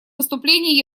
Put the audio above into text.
выступлении